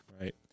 Right